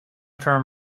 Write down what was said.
term